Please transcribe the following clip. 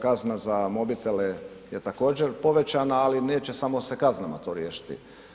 Kazna za mobitele je također povećana ali neće samo se kaznama to riješiti.